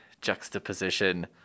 juxtaposition